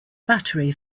battery